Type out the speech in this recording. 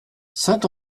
saint